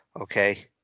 okay